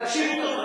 תקשיבו טוב,